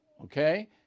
okay